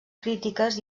crítiques